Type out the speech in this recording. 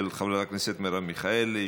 של חברת הכנסת מרב מיכאלי,